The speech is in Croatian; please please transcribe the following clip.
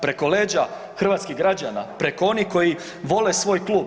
Preko leđa hrvatskih građana, preko onih koji vole svoj klub.